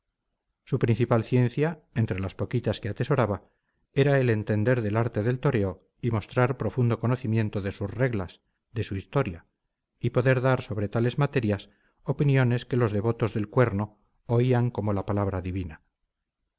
su principal ciencia entre las poquitas que atesoraba era el entender del arte del toreo y mostrar profundo conocimiento de sus reglas de su historia y poder dar sobre tales materias opiniones que los devotos del cuerno oían como la palabra divina